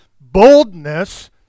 boldness